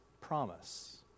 promise